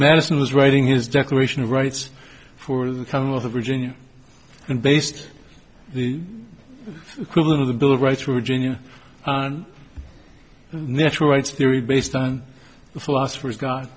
madison was writing his declaration of rights for the commonwealth of virginia and based the equivalent of the bill of rights were genius on natural rights theory based on the philosopher's god